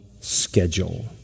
schedule